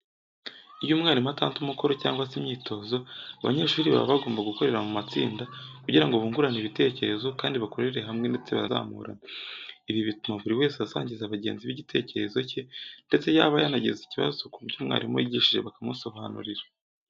Iyo umwarimu atanze umukoro cyangwa se imyitozo, abanyeshuri baba bagomba gukorera mu matsinda kugira ngo bungurane ibitekerezo kandi bakorere hamwe ndetse banazamurane. Ibi bituma buri wese asangiza bagenzi be igitekerezo cye ndetse yaba yagize ikibazo ku byo mwarimu yigishije bakamusobanurira.